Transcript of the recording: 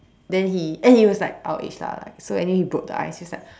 then he and he was like our age lah so anyway he broke the ice he was like